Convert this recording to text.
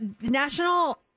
National